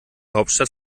hauptstadt